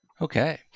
okay